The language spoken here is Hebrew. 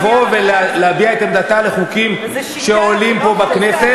לבוא ולהביע את עמדתה על החוקים שעולים פה בכנסת,